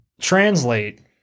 translate